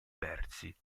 versi